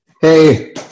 Hey